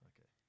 Okay